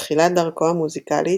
בתחילת דרכו המוזיקלית,